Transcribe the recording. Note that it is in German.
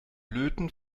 löten